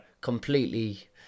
completely